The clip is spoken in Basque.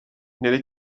neure